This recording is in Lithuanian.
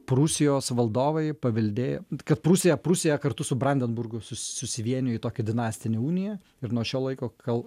prūsijos valdovai paveldėję kad prūsija prūsija kartu su brandenburgu sus susivienijo į tokią dinastinę uniją ir nuo šio laiko kal